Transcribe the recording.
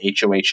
Hoh